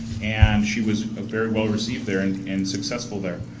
and she was very well received there and and successful there.